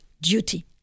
duty